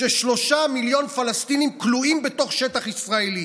כששלושה מיליון פלסטינים כלואים בתוך שטח ישראלי